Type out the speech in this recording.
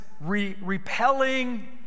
repelling